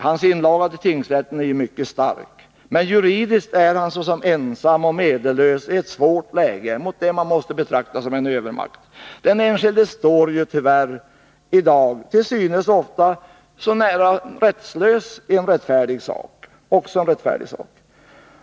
Hans inlaga till tingsrätten är mycket stark. Men juridiskt är han såsom ensam och medellös i svårt läge mot det man måste betrakta som en övermakt. Den enskilde står tyvärr till synes ofta rättslös, även i en rättfärdig sak.